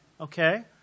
okay